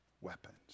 weapons